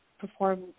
perform